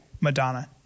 Madonna